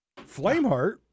Flameheart